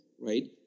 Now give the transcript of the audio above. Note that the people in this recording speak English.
right